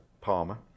Palmer